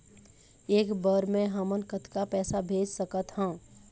एक बर मे हमन कतका पैसा भेज सकत हन?